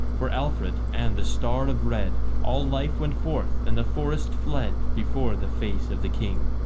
for alfred and the star of red, all life went forth, and the forest fled before the face of the king.